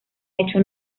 hecho